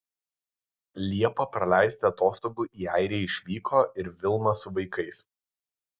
liepą praleisti atostogų į airiją išvyko ir vilma su vaikais